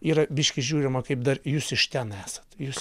yra biškį žiūrima kaip dar jūs iš ten esat jūs